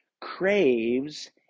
craves